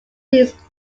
means